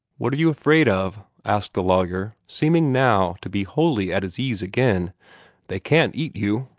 what are you afraid of? asked the lawyer, seeming now to be wholly at his ease again they can't eat you.